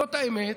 זאת האמת.